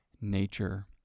nature